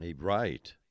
Right